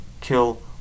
kill